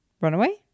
Runaway